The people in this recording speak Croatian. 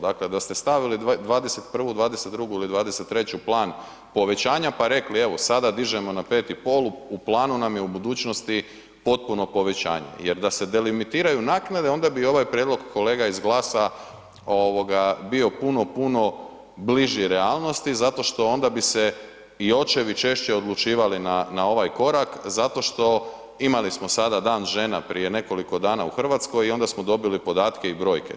Dakle da ste stavili '21., '22. ili '23. plan povećanja pa rekli evo sada dižemo na 5,5 u planu nam je u budućnosti potpuno povećanje jer da se delimitiraju naknade onda bi ovaj prijedlog kolega iz GLAS-a ovoga bio puno, puno bliži realnosti zato što onda bi se i očevi češće odlučivali na ovaj korak zato što imali smo sada Dan žena prije nekoliko dana u Hrvatskoj i onda smo dobili podatke i brojke.